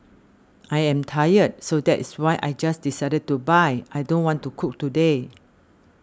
I am tired so that's why I just decided to buy I don't want to cook today